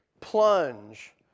plunge